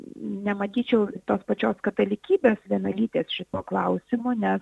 nematyčiau tos pačios katalikybės vienalytės šituo klausimu nes